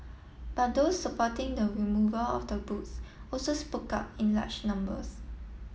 but those supporting the removal of the books also spoke up in large numbers